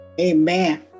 Amen